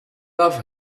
love